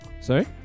sorry